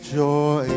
joy